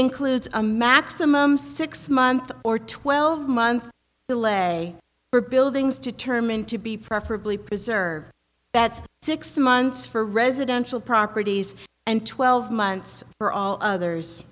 includes a maximum six month or twelve month delay for buildings determined to be preferably preserved that's six months for residential properties and twelve months for all others